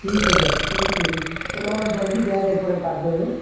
ਠੀਕ ਫਿਰ ਠੀਕ ਹ ਜੀ ਚਲੋ ਹੁਣ ਜਲਦੀ ਕਹਿ ਰਹੇ ਥੋੜਾ ਕਰ ਦੇਵੇ